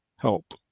help